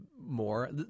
more